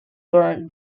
born